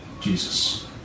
Jesus